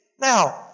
Now